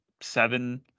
seven